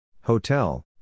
Hotel